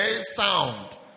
Sound